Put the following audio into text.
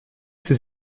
ces